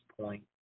point